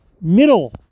middle